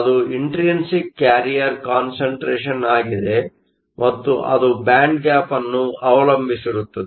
ಅದು intrinsic carrier concentration Carrier concentration ಆಗಿದೆ ಮತ್ತು ಅದು ಬ್ಯಾಂಡ್ ಗ್ಯಾಪ್Band gap ಅನ್ನು ಅವಲಂಬಿಸಿರುತ್ತದೆ